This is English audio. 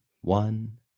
One